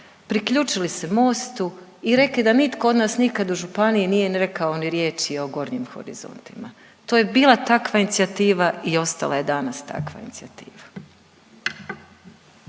priključili se Mostu i rekli da nitko od nas nikad u županiji nije rekao ni riječi o Gornjim horizontima. To je bila takva inicijativa i ostala je danas takva inicijativa.